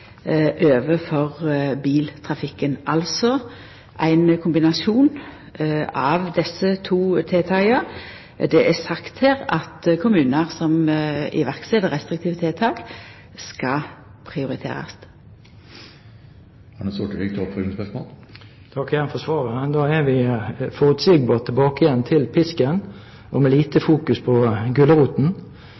biltrafikken, altså ein kombinasjon av desse to tiltaka. Det er sagt her at kommunar som set i verk restriktive tiltak, skal prioriterast. Jeg takker igjen for svaret. Da er vi, forutsigbart, tilbake igjen til pisken, med lite fokus på